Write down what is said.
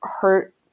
hurt